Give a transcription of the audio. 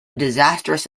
disastrous